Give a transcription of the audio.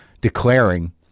declaring